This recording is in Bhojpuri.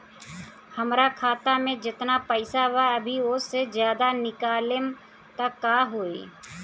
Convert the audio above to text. हमरा खाता मे जेतना पईसा बा अभीओसे ज्यादा निकालेम त का होई?